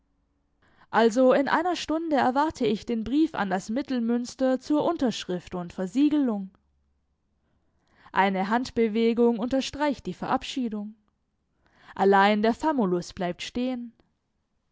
also in einer stunde erwarte ich den brief an das mittelmünster zur unterschrift und versiegelung eine handbewegung unterstreicht die verabschiedung allein der famulus bleibt stehen